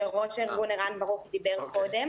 שראש הארגון ערך ברוך דיבר קודם.